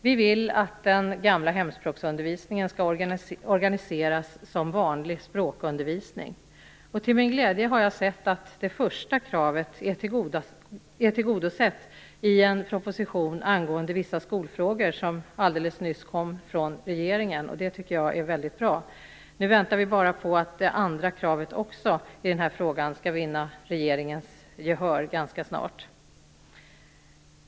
Vi vill att den gamla hemspråksundervisningen skall organiseras som vanlig språkundervisning. Till min glädje har jag sett att det första kravet är tillgodosett i en proposition angående vissa skolfrågor som regeringen alldeles nyligen lade fram. Det är mycket bra. Nu väntar vi bara på att också det andra kravet i den här frågan skall vinna regeringens gehör ganska snart.